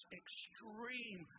extreme